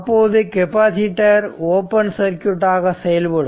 அப்போது capacitor open circuit ஆக செயல்படும்